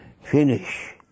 Finish